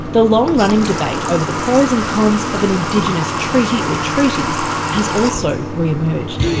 the long-running debate over the pros and cons of an indigenous treaty or treaties has also re-emerged.